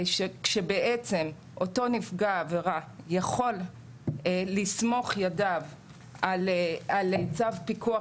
אותו נפגע עבירה יכול לסמוך את ידיו על צו פיקוח